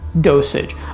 dosage